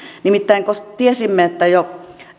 nimittäin tiesimme että jo